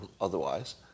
otherwise